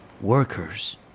Workers